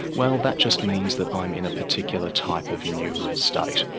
well that just means that i'm in a particular type of neural state,